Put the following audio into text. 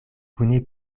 kune